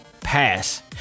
pass